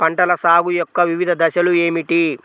పంటల సాగు యొక్క వివిధ దశలు ఏమిటి?